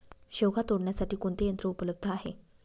शेवगा तोडण्यासाठी कोणते यंत्र उपलब्ध आहे?